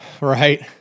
Right